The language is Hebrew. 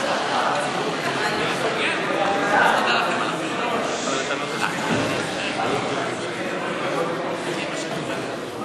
להעביר את הצעת חוק התפזרות הכנסת העשרים,